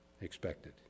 expected